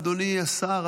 אדוני השר,